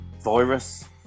virus